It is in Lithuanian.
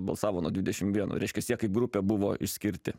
balsavo nuo dvidešim vienų reiškias jie kaip grupė buvo išskirti